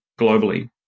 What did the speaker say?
globally